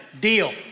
Deal